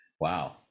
Wow